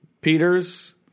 Peters